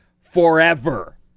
forever